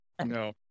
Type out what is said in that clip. No